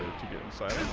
to get inside,